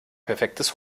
perfektes